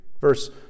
Verse